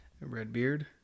Redbeard